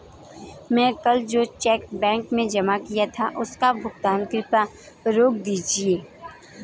मैं कल जो चेक बैंक में जमा किया था उसका भुगतान कृपया रोक दीजिए